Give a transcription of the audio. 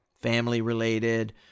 family-related